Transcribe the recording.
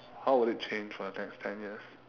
how would it change for the next ten years